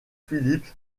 phillips